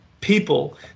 people